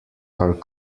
are